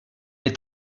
est